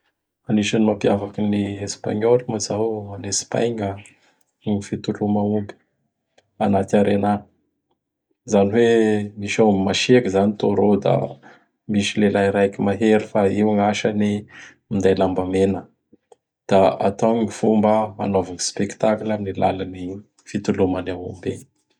Anisan'ny mapiavaky ny Espagniôly moa zao, en Espagna, ny fitoloma Aomby anaty Arena. Zany hoe misy aomby masiaky zany Taurô; da misy lehilahy raiky mahery fa io gn'asany minday lamba mena. Da atao gn fomba anaova spektakla am alalan'igny fitoloma ny Aomby igny.